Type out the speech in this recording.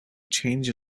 change